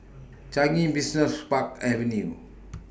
Changi Business Park Avenue